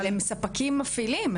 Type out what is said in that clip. אבל הם ספקים מפעילים,